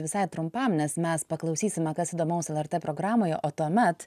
visai trumpam nes mes paklausysime kas įdomaus lrt programoje o tuomet